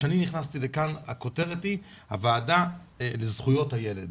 כשאני נכנסתי לכאן הכותרת היא "הועדה לזכויות הילד".